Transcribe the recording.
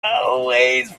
always